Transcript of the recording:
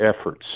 efforts